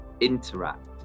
Interact